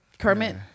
Kermit